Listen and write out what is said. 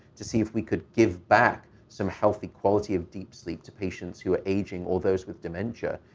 to see if we could give back some healthy quality of deep sleep to patients who are aging or those with dementia.